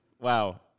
wow